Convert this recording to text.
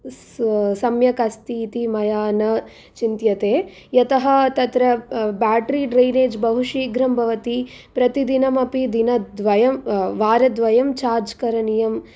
स सम्यक् अस्ति इति मया न चिन्त्यते यतः तत्र बेटरी ड्रेनेज् बहु शीघ्रं भवति प्रति दिनमपि दिनद्वयं वारद्वयं चार्ज् करणीयम्